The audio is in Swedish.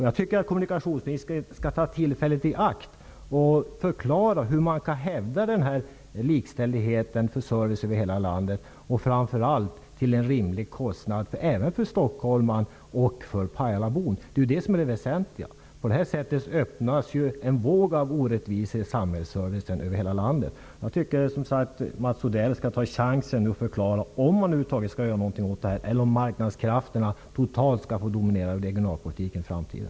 Jag tycker att kommunikationsministern skall ta tillfället i akt att förklara hur man skall kunna hävda principen om likställdhet för service över hela landet, framför allt hur det skall ske till en rimlig kostnad både för stockholmaren och för pajalabon. Det är det väsentliga. Annars öppnas det för en våg av orättvisor i samhällsservicen över hela landet. Jag tycker, som sagt, att Mats Odell skall ta chansen att förklara om man över huvud taget skall göra något åt detta eller om marknadskrafterna totalt skall få dominera i den framtida regionalpolitiken.